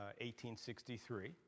1863